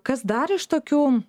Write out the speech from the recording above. kas dar iš tokių